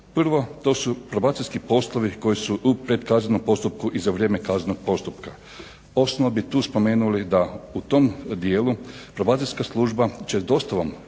Prvo, to su probacijski poslovi koji su u, pred kaznenim postupku i za vrijeme kaznenog postupka. Osnovno bi tu spomenuli da u tom dijelu probacijska služba će dostavom